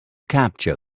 capture